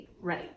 Right